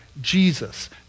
Jesus